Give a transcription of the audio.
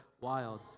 wild